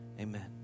amen